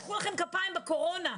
מחאו לכם כפיים בקורונה,